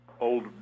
old